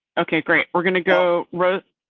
okay great. we're going to go right?